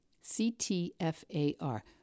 C-T-F-A-R